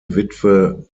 witwe